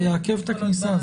זה יעכב את הכניסה,